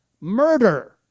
murder